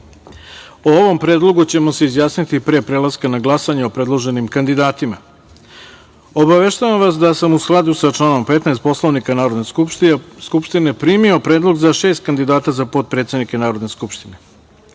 O ovom predlogu ćemo se izjasniti pre prelaska na glasanje o predloženim kandidatima. Obaveštavam vas da sam, u skladu sa članom 15. Poslovnika Narodne skupštine, primio predlog za šest kandidata za potpredsednike Narodne skupštine. Predlog